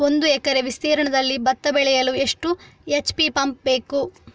ಒಂದುಎಕರೆ ವಿಸ್ತೀರ್ಣದಲ್ಲಿ ಭತ್ತ ಬೆಳೆಯಲು ಎಷ್ಟು ಎಚ್.ಪಿ ಪಂಪ್ ಬೇಕು?